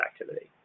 activity